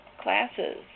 classes